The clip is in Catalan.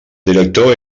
director